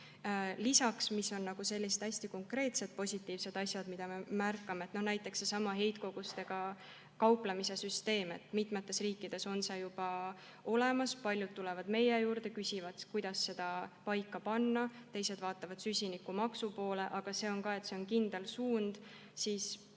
Lisaks on hästi konkreetsed positiivsed asjad, mida me märkame, näiteks seesama heitkogustega kauplemise süsteem. Mitmes riigis on see juba olemas, paljud tulevad meie juurde, küsivad, kuidas seda paika panna. Teised vaatavad süsinikumaksu poole. See on kindel suund, mille